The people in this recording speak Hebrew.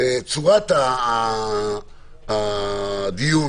צורת הדיון